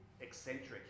eccentric